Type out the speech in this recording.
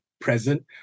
present